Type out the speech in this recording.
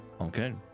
Okay